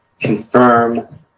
confirm